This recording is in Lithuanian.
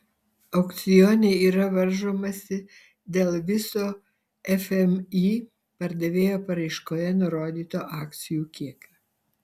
aukcione yra varžomasi dėl viso fmį pardavėjo paraiškoje nurodyto akcijų kiekio